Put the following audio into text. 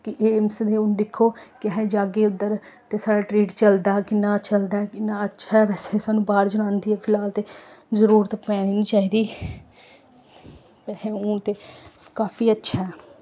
कि एम्स दी हून दिक्खो कि अस जागे उद्धर ते साढ़ा ट्रीट चलदा किन्ना चलदा ऐ किन्ना अच्छा ऐ बैसे सानूं बाह्र जान दी फिलहाल ते जरूरत पैनी निं चाहिदी बैहे ते हून ते काफी अच्छा ऐ